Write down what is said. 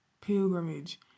pilgrimage